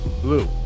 Blue